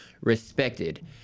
respected